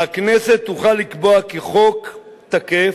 והכנסת תוכל לקבוע כי החוק תקף,